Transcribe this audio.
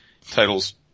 titles